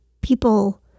people